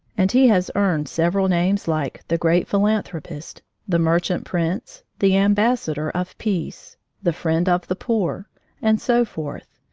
and he has earned several names like the great philanthropist the merchant prince the ambassador of peace the friend of the poor and so forth,